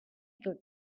your